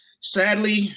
sadly